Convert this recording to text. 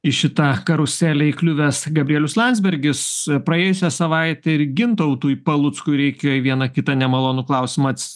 į šitą karuselę įkliuvęs gabrielius landsbergis praėjusią savaitę ir gintautui paluckui reikėjo į vieną kitą nemalonų klausimą